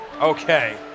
Okay